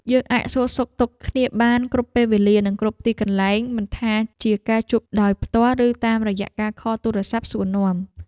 យើងអាចសួរសុខទុក្ខគ្នាបានគ្រប់ពេលវេលានិងគ្រប់ទីកន្លែងមិនថាជាការជួបដោយផ្ទាល់ឬតាមរយៈការខលទូរស័ព្ទសួរនាំ។